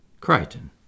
Crichton